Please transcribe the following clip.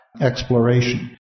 exploration